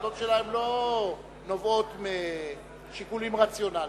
ההחלטות שלה לא נובעות משיקולים רציונליים,